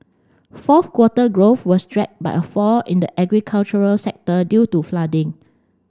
fourth quarter growth was dragged by a fall in the agricultural sector due to flooding